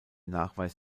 nachweis